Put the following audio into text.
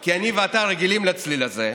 כי אני ואתה רגילים לצליל הזה,